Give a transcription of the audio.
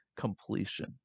completion